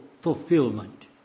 fulfillment